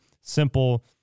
simple